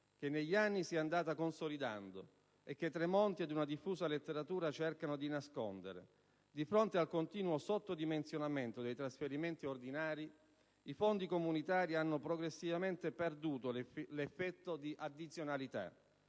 che negli anni si è andata consolidando, e che Tremonti ed una diffusa letteratura cercano di nascondere: di fronte al continuo sottodimensionamento dei trasferimenti ordinari, i fondi comunitari hanno progressivamente perduto l'effetto di "addizionalità",